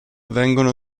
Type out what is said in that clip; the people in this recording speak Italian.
vengono